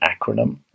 acronym